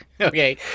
Okay